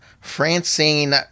Francine